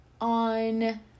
on